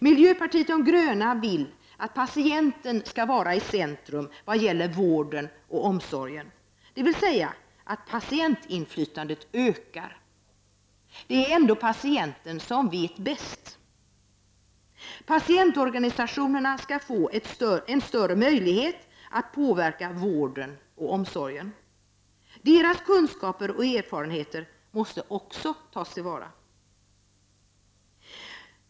Miljöpartiet de gröna vill att patienten skall vara i centrum vad gäller vården och omsorgen, dvs. att patientinflytandet skall öka. Det är ändå patienten som vet bäst. Patientorganisätionerna skall få en större möjlighet att påverka vården och omsorgen. Deras kunskaper och erfarenheter måste också tas till vara.